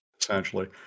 essentially